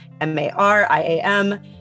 M-A-R-I-A-M